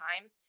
time